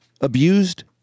abused